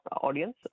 audience